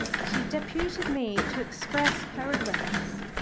she deputed me to express her regrets.